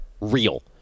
real